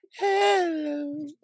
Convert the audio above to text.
Hello